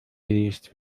gelöst